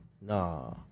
Nah